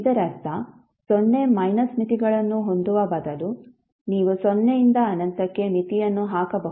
ಇದರರ್ಥ ಸೊನ್ನೆ ಮೈನಸ್ ಮಿತಿಗಳನ್ನು ಹೊಂದುವ ಬದಲು ನೀವು ಸೊನ್ನೆಯಿಂದ ಅನಂತಕ್ಕೆ ಮಿತಿಯನ್ನು ಹಾಕಬಹುದು